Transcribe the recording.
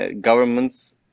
governments